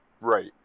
right